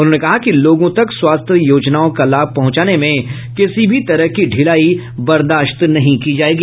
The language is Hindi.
उन्होंने कहा कि लोगों तक स्वास्थ्य योजनाओं का लाभ पहुंचाने में किसी भी तरह की ढिलाई बर्दाश्त नहीं की जायेगी